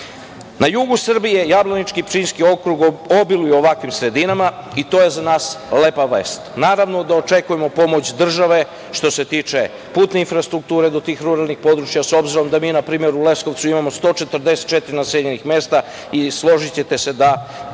jugu Srbije Jablanički i Pčinjski okrug obiluju ovakvim sredinama i to je za nas lepa vest. Naravno da očekujemo pomoć države što se tiče putne infrastrukture do tih ruralnih područja, s obzirom da mi, na primer, u Leskovcu imamo 144 naseljena mesta i složićete se da